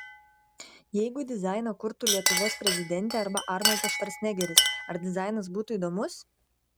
jeigu dizainą kurtų lietuvos prezidentė arba arnoldas švarcnegeris ar dizainas būtų įdomus